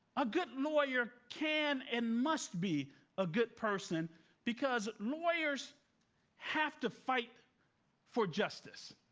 a good lawyer can and must be a good person because lawyers have to fight for justice,